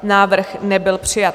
Návrh nebyl přijat.